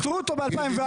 פיטרו אותו ב-2004.